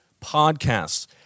podcasts